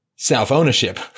Self-ownership